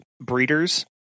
breeders